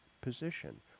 position